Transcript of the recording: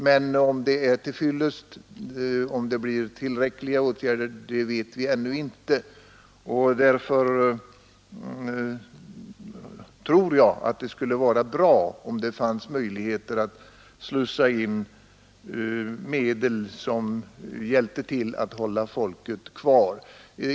Men om det blir tillrä liga åtgärder vet vi ännu inte. Därför tror jag att det skulle vara bra om det fanns möjligheter att slussa in medel som hjälpte till att hålla folket kvar.